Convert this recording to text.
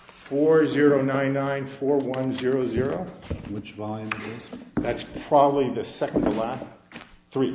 four zero nine four one zero zero which is why that's probably the second the last three